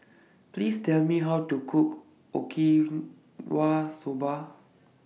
Please Tell Me How to Cook Okinawa Soba